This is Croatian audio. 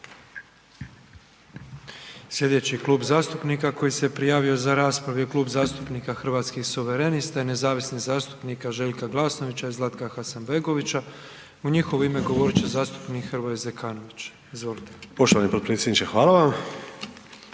Sljedeći klub zastupnika koji se prijavio za raspravu je Kluba zastupnika Hrvatskih suverenista i nezavisnih zastupnika Željka Glasnovića i Zlatka Hasanbegovića. U njihovo ime govorit će zastupnik Hrvoje Zekanović, izvolite. **Zekanović, Hrvoje